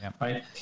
right